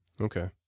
Okay